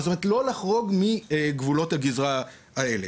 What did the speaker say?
זאת אומרת, לא לחרוג מגבולות הגזרה האלה.